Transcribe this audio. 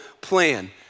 plan